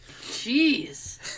Jeez